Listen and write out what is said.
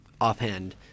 offhand